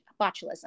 botulism